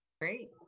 Great